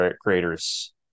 creators